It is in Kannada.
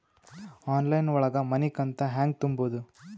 ಆನ್ಲೈನ್ ಒಳಗ ಮನಿಕಂತ ಹ್ಯಾಂಗ ತುಂಬುದು?